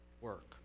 work